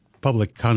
public